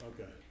Okay